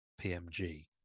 PMG